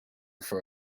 for